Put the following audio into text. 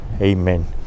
Amen